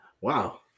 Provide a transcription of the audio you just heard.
Wow